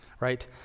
Right